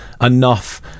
enough